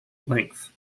length